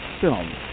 film